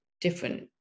different